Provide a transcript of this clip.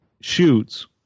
shoots